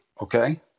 okay